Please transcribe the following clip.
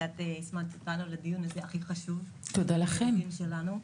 שאת הזמנת אותנו לדיון הזה הכל כך חשוב לילדים שלנו,